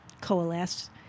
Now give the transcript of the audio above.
coalesce